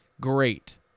great